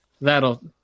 That'll